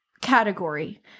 category